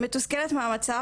מתוסכלת מהמצב,